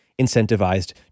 incentivized